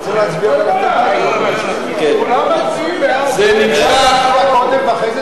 אולי נצביע קודם ואחר כך תנאם?